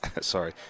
Sorry